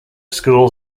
schools